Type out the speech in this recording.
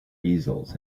easels